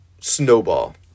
snowball